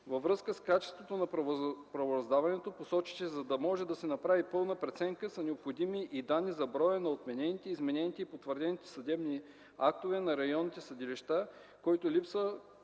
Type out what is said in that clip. Във връзка с качеството на правораздаването посочи, че, за да може да се направи пълна преценка, са необходими и данни за броя на отменените, изменени и потвърдени съдебни актовe на районните съдилища, които липсват